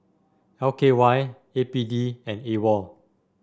L K Y A P D and A WOL